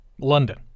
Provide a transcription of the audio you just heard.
London